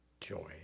joy